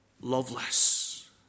loveless